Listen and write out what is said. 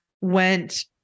went